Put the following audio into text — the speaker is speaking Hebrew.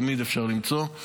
תמיד אפשר למצוא,